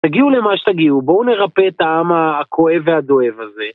תגיעו למה שתגיעו, בואו נרפא את העם הכואב והדואב הזה.